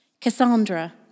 Cassandra